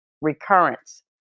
recurrence